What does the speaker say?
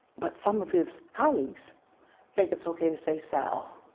but some of his colleagues think it's okay to say sal.